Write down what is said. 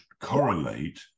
correlate